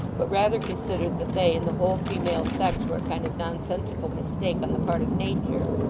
but rather considered that they and the whole female sex were a kind of nonsensical mistake on the part of nature,